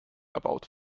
erbaut